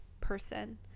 person